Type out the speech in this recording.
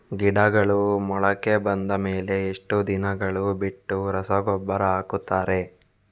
ಗಿಡಗಳು ಮೊಳಕೆ ಬಂದ ಮೇಲೆ ಎಷ್ಟು ದಿನಗಳು ಬಿಟ್ಟು ರಸಗೊಬ್ಬರ ಹಾಕುತ್ತಾರೆ?